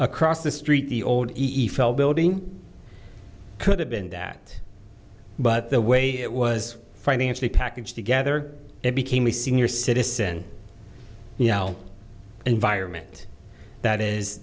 across the street the old e file building could have been that but the way it was financially packaged together it became a senior citizen you know environment that is